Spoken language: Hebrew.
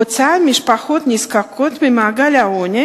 הוצאת משפחות נזקקות ממעגל העוני